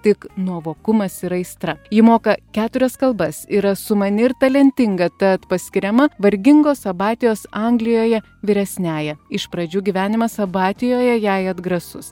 tik nuovokumas ir aistra ji moka keturias kalbas yra sumani ir talentinga tad paskiriama vargingos abatijos anglijoje vyresniąja iš pradžių gyvenimas abatijoje jai atgrasus